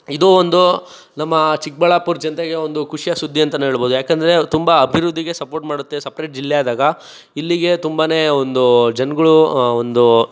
ಇದು ಒಂದು ನಮ್ಮ ಚಿಕ್ಕಬಳ್ಳಾಪುರ ಜನತೆಗೆ ಒಂದು ಖುಷಿಯ ಸುದ್ದಿ ಅಂತಲೇ ಹೇಳಬಹುದು ಯಾಕೆಂದ್ರೆ ಅದು ತುಂಬ ಅಭಿವೃದ್ಧಿಗೆ ಸಪೋರ್ಟ್ ಮಾಡುತ್ತೆ ಸಪ್ರೇಟ್ ಜಿಲ್ಲೆಯಾದಾಗ ಇಲ್ಲಿಗೆ ತುಂಬನೇ ಒಂದು ಜನಗಳು ಒಂದು